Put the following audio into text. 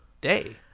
day